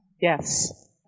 yes